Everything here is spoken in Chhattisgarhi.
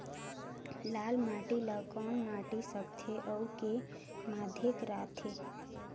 लाल माटी ला कौन माटी सकथे अउ के माधेक राथे?